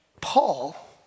Paul